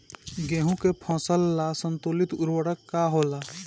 गेहूं के फसल संतुलित उर्वरक का होला?